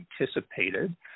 anticipated